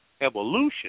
evolution